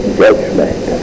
judgment